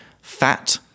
fat